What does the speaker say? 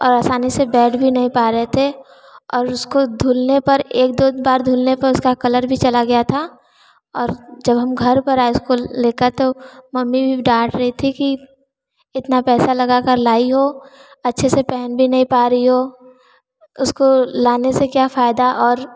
और आसानी से बैठ भी नहीं पा रहे थे और उसको धुलने पर एक दो बार धुलने पर उसका कलर भी चला गया था और हम घर पर आए उसको लेकर तो मम्मी भी डांट रही थी कि इतना पैसा लगाकर लाई हो अच्छे से पहन भी नहीं पा रही हो उसको लाने से क्या फायदा और